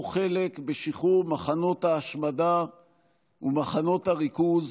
חלק בשחרור מחנות ההשמדה ומחנות הריכוז,